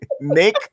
Nick